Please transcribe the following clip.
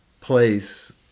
place